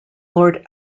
lord